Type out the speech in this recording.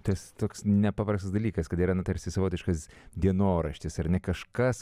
tas toks nepaprastas dalykas kad yra tarsi savotiškas dienoraštis ar ne kažkas